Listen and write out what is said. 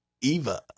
Eva